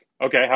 Okay